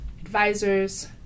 advisors